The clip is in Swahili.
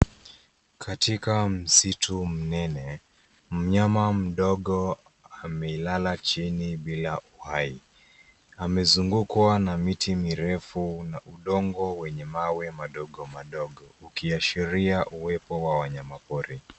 Katika msitu mnene, mnyama mdogo amelala chini bila uhai. Amezungukwa na miti mirefu na udongo wenye mawe madogo madogo, ukiashiria uwepo wa wanyama pori.